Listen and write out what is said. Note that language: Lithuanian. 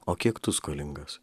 o kiek tu skolingas